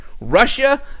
Russia